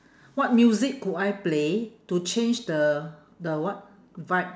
what music could I play to change the the what vibe